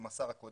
עם השר הקודם,